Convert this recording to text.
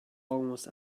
almost